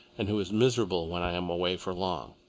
and who is miserable when i am away for long.